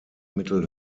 mittel